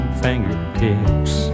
fingertips